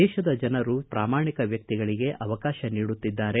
ದೇಶದ ಜನರು ಪ್ರಾಮಾಣಿಕ ವ್ಯಕ್ತಿಗಳಿಗೆ ಅವಕಾಶ ನೀಡುತ್ತಿದ್ದಾರೆ